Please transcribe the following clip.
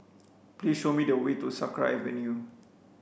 please show me the way to Sakra Avenue